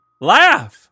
laugh